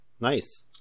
Nice